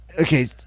okay